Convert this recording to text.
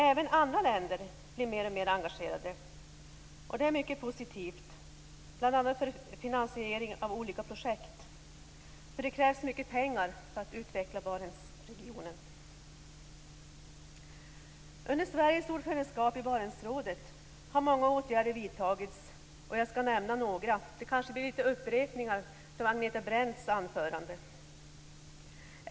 Även andra länder blir mer och mer engagerade, vilket är mycket positivt bl.a. för finansieringen av olika projekt. Det krävs nämligen mycket pengar för att utveckla Barentsregionen. Under Sveriges ordförandeskap i Barentsrådet har många åtgärder vidtagits. Jag skall nämna några. Det kanske blir några upprepningar från Agneta Brendts anförande.